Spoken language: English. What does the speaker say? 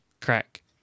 crack